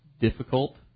difficult